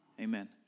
Amen